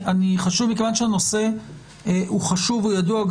כיוון שהנושא הוא חשוב והוא ידוע,